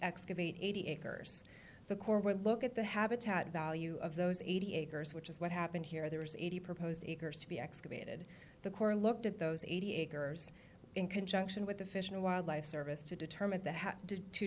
excavate eighty acres the corps would look at the habitat value of those eighty acres which is what happened here there was eighty proposed acres to be excavated the core looked at those eighty acres in conjunction with the fish and wildlife service to determine to